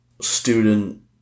student